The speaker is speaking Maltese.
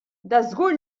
dażgur